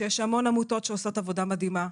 שיש המון עמותות שעושות עבודה מדהימה.